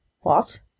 What